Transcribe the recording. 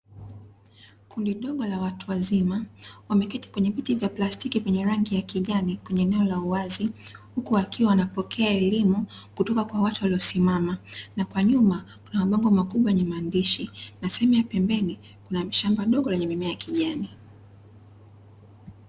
Kundi dogo la watu wazima wameketi kwenye viti vya plastiki vyenye rangi ya kijani kwenye eneo la uwazi, huku wakiwa wanapokea elimu kutoka kwa watu waliosimama. Na kwa nyuma kuna mabango makubwa yenye maandishi, na sehemu ya pembeni kuna shamba dogo lenye mimea ya kijani.